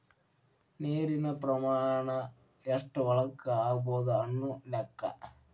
ನೇರಿನ ಪ್ರಮಾಣಾ ಎಷ್ಟ ಹೊಲಕ್ಕ ಆಗಬಹುದು ಅನ್ನು ಲೆಕ್ಕಾ